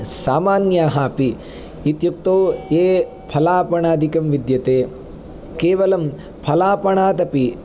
सामान्याः अपि इत्युक्तौ ये फलापणादिकं विद्यते केवलं फलापणादपि